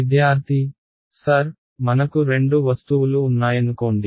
విద్యార్థి సర్ మనకు రెండు వస్తువులు ఉన్నాయనుకోండి